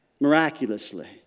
Miraculously